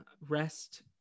rest